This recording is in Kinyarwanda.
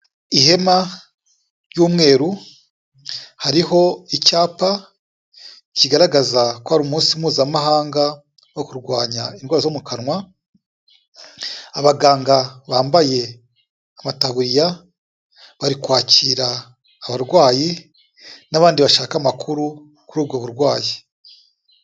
Ihema ry'umweru, hariho icyapa kigaragaza ko ari umunsi Mpuzamahanga wo kurwanya indwara zo mu kanwa, abaganga bambaye amataburiya bari kwakira abarwayi n'abandi bashaka amakuru kuri ubwo burwayi.